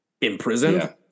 imprisoned